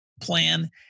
plan